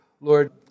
Lord